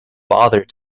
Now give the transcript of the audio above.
bother